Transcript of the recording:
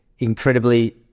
incredibly